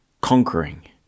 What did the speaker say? conquering